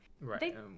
Right